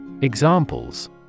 Examples